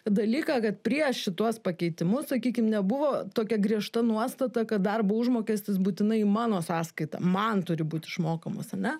dalyką kad prieš šituos pakeitimus sakykim nebuvo tokia griežta nuostata kad darbo užmokestis būtinai į mano sąskaitą man turi būt išmokamas ane